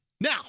now